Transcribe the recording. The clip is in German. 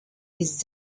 ist